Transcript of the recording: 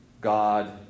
God